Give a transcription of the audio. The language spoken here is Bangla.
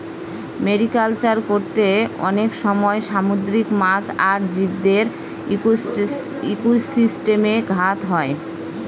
মেরিকালচার করতে অনেক সময় সামুদ্রিক মাছ আর জীবদের ইকোসিস্টেমে ঘাত হয়